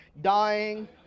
dying